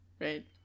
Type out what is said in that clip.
Right